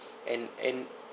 and and